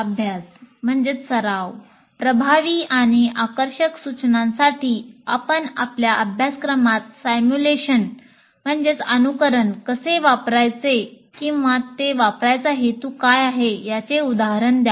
अभ्यास प्रभावी आणि आकर्षक सूचनांसाठी आपण आपल्या अभ्यासक्रमात सिम्युलेशन कसे वापरायचे किंवा ते वापरायचा हेतू काय आहे याचे उदाहरण द्या